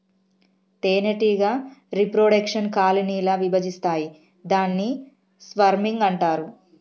తేనెటీగ reproduction colony ల విభజిస్తాయి దాన్ని స్వర్మింగ్ అంటారు